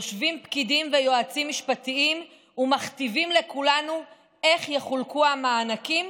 יושבים פקידים ויועצים משפטיים ומכתיבים לכולנו איך יחולקו המענקים,